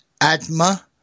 Adma